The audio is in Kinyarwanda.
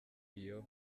iyo